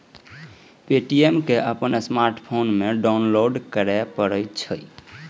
Paytm कें अपन smartphone मे डाउनलोड करय पड़ै छै